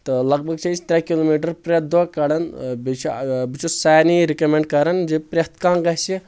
تہٕ لگ بگ چھِ أسۍ ترٛےٚ کِلو میٹر پرٮ۪تھ دۄہ کڈان بییٚہِ چھِ بہٕ چھُس سارنٕے یہِ رِکمیٚنڈ کران زِ پرٮ۪تھ کانٛہہ گژھہِ